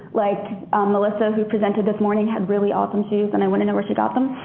like melissa who presented this morning had really awesome shoes. and i want to know where she got them.